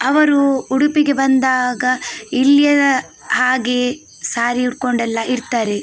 ಅವರು ಉಡುಪಿಗೆ ಬಂದಾಗ ಇಲ್ಲಿಯ ಹಾಗೆಯೇ ಸಾರಿ ಉಟ್ಕೊಂಡೆಲ್ಲ ಇರ್ತಾರೆ